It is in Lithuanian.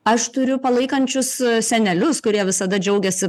aš turiu palaikančius senelius kurie visada džiaugiasi